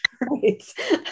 right